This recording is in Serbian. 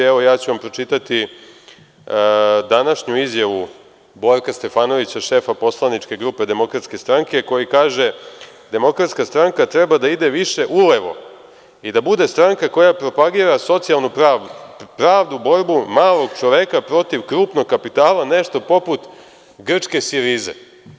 Evo, ja ću vam pročitati današnju izjavu Borka Stefanovića, šefa poslaničke grupe DS, koji kaže – DS treba da ide više ulevo i da bude stranka koja propagira socijalnu pravdu, borbu malog čoveka protiv krupnog kapitala, nešto poput grčke Sirize.